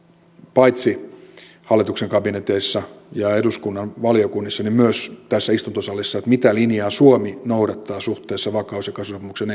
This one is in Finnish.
paitsi hallituksen kabineteissa ja eduskunnan valiokunnissa myös tässä istuntosalissa mitä linjaa suomi noudattaa suhteessa vakaus ja kasvusopimuksen